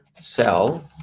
cell